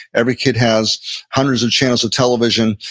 every kid has hundreds of channels of television.